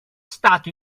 stato